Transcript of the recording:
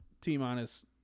T-minus